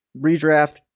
redraft